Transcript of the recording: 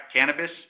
cannabis